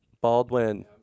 Baldwin